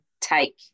take